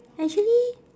actually